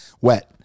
wet